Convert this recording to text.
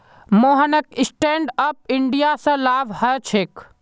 मोहनक stand up India स लाभ ह छेक